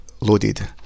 loaded